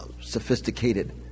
sophisticated